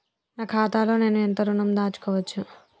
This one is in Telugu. నా ఖాతాలో నేను ఎంత ఋణం దాచుకోవచ్చు?